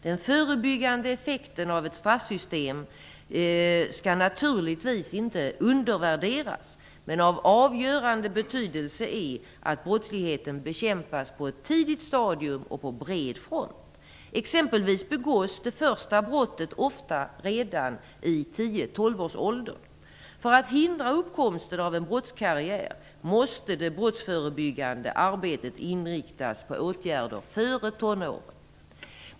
Den förebyggande effekten av ett straffsystem skall naturligtvis inte undervärderas, men av avgörande betydelse är att brottsligheten bekämpas på ett tidigt stadium och på bred front. Exempelvis begås det första brottet ofta redan i 10-12-årsåldern. För att hindra uppkomsten av en brottskarriär måste det brottsförebyggande arbetet inriktas på åtgärder före tonåren.